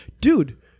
Dude